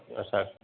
असां